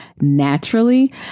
naturally